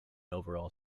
overall